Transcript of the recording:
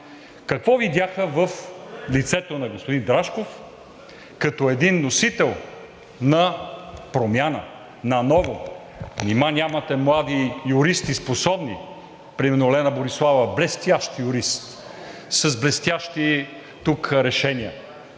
какво видяха в лицето на господин Рашков като един носител на промяна, на ново? Нима нямате млади способни юристи – примерно Лена Бориславова, блестящ юрист, с блестящи тук решения.